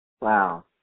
Wow